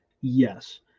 yes